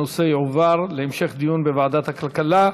הנושא יועבר להמשך דיון בוועדת הכלכלה.